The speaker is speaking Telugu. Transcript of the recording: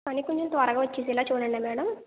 కానీ కొంచెం త్వరగా వచ్చేసేలాగా చూడండి మేడం